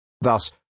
Thus